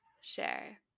share